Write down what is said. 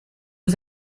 was